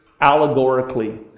allegorically